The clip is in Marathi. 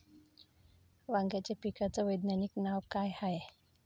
वांग्याच्या पिकाचं वैज्ञानिक नाव का हाये?